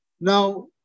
Now